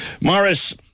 Morris